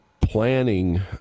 planning